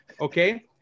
Okay